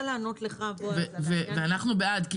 עוד מילה אחת, אנחנו בעד.